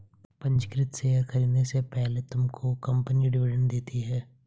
पंजीकृत शेयर खरीदने से पहले तुमको कंपनी डिविडेंड देती है